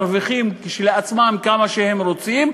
מרוויחים כשלעצמם כמה שהם רוצים,